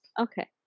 Okay